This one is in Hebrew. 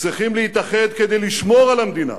צריכים להתאחד כדי לשמור על המדינה,